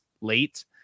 late